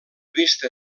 vista